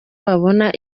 babona